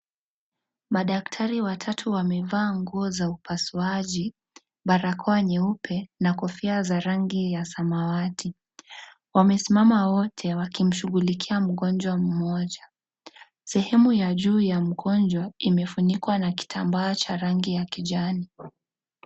Madaktari watatu wamevaa nguo za upasuaji, barakoa nyeupe na kofia za rangi ya samawati. Wamesimama wote wakimshughulikia mgonjwa mmoja. Sehemu ya juu ya mgonjwa imefunikwa na kitambaa cha rangi ya kijani.